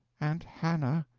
aunt hannah,